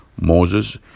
Moses